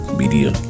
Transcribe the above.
media